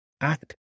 act